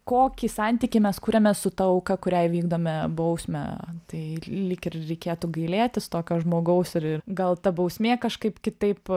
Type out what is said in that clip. kokį santykį mes kuriame su ta auka kuriai vykdome bausmę tai lyg ir reikėtų gailėtis tokio žmogaus ir ir gal ta bausmė kažkaip kitaip